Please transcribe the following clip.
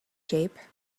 shape